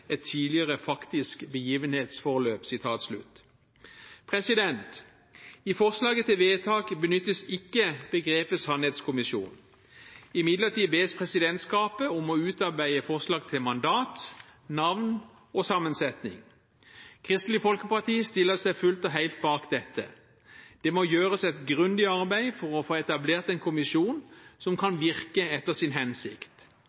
et tidligere faktisk begivenhetsforløp.» I forslag til vedtak benyttes ikke begrepet «sannhetskommisjon». Imidlertid bes presidentskapet om å utarbeide forslag til mandat, navn og sammensetning. Kristelig Folkeparti stiller seg fullt og helt bak dette. Det må gjøres et grundig arbeid for å få etablert en kommisjon som